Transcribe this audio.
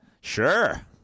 Sure